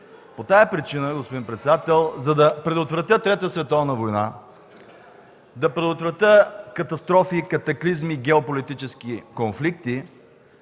По тази причина, господин председател, за да предотвратя Трета световна война, катастрофи, катаклизми и геополитически конфликти,